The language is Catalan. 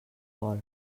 vol